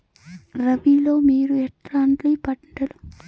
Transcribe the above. రబిలో మీరు ఎట్లాంటి పంటలు వేయాలి అనుకుంటున్నారు?